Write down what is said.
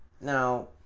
Now